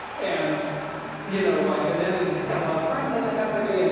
and you know, like, and then he's got a lot of friends in the company, and